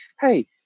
hey